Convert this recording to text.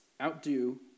Outdo